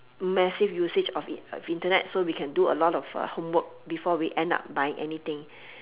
massive usage of in~ of internet so we can do a lot of uh homework before we end up buy anything